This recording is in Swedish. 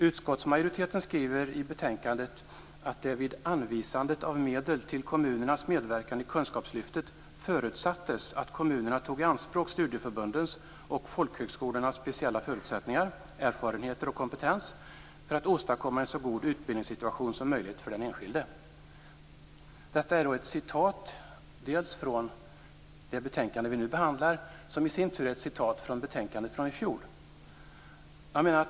Utskottsmajoriteten skriver i betänkandet att det "vid anvisandet av medel till kommunernas medverkan i kunskapslyftet, har förutsatts att kommunerna tar i anspråk studieförbundens och folkhögskolornas speciella förutsättningar, erfarenheter och kompetens för att åstadkomma en så god utbildningssituation som möjligt för den enskilde". Detta är ett citat från det betänkande vi nu behandlar, där det i sin tur citeras från betänkandet från i fjol.